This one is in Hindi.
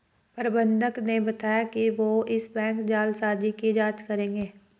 प्रबंधक ने बताया कि वो इस बैंक जालसाजी की जांच करेंगे